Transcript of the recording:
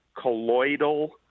Colloidal